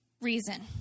reason